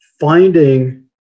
finding